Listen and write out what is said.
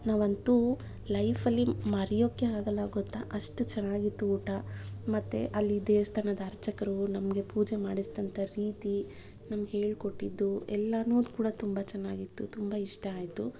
ನಾವಂತೂ ಲೈಫಲ್ಲಿ ಮರೆಯೋಕೆ ಆಗಲ್ಲ ಗೊತ್ತ ಅಷ್ಟು ಚೆನ್ನಾಗಿತ್ತು ಊಟ ಮತ್ತೆ ಅಲ್ಲಿ ದೇವಸ್ಥಾನದ ಅರ್ಚಕರು ನಮಗೆ ಪೂಜೆ ಮಾಡಿಸಿದಂಥ ರೀತಿ ನಮ್ಗೆ ಹೇಳ್ಕೊಟ್ಟಿದ್ದು ಎಲ್ಲವೂ ಕೂಡ ತುಂಬ ಚೆನ್ನಾಗಿತ್ತು ತುಂಬ ಇಷ್ಟ ಆಯಿತು